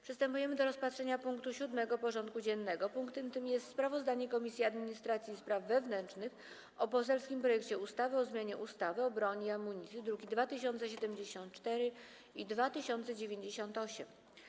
Przystępujemy do rozpatrzenia punktu 7. porządku dziennego: Sprawozdanie Komisji Administracji i Spraw Wewnętrznych o poselskim projekcie ustawy o zmianie ustawy o broni i amunicji (druki nr 2074 i 2098)